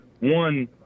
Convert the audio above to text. One